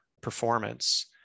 performance